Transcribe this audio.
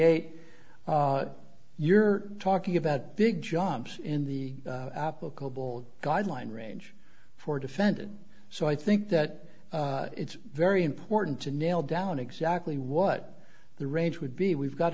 eight you're talking about big jumps in the applicable guideline range for defendant so i think that it's very important to nail down exactly what the range would be we've got